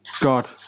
God